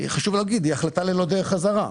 חשוב לומר שהיא החלטה ללא דרך חזרה.